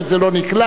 נמנע אחד.